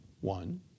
one